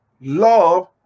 love